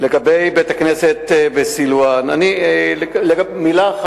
לגבי בית-הכנסת בסילואן, מה עם החמאה?